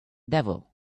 devil